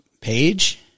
Page